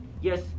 Yes